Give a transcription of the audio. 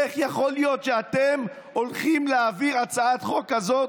איך יכול להיות שאתם הולכים להעביר הצעת חוק כזאת,